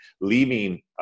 leaving